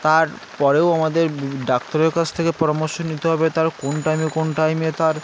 তারপরেও আমাদের ডাক্তারের কাছ থেকে পরামর্শ নিতে হবে তার কোন টাইমে কোন টাইমে তার